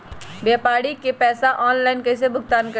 व्यापारी के पैसा ऑनलाइन कईसे भुगतान करी?